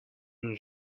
une